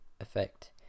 effect